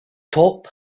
top